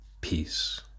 peace